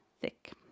thick